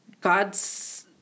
God's